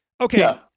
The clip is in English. Okay